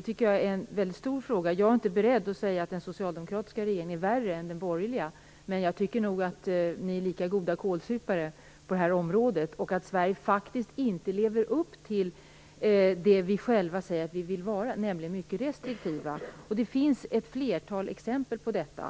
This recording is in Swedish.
tycker jag är en väldigt stor fråga. Jag är inte beredd att säga att den socialdemokratiska regeringen är värre än den borgerliga, men jag tycker att de är lika goda kålsupare på det här området. Sverige lever ju inte upp till det vi själva säger att vi vill vara, nämligen mycket restriktiva. Det finns ett flertal exempel på detta.